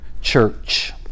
Church